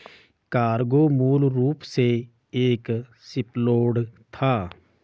cargo मूल रूप से एक शिपलोड था